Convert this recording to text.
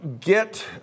get